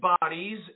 bodies